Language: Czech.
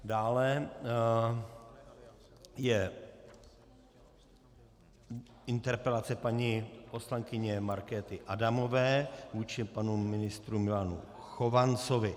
Dále je interpelace paní poslankyně Markéty Adamové vůči panu ministru Milanu Chovancovi.